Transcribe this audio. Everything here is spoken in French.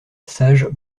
sage